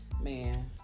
man